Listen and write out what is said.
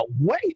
wait